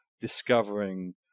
discovering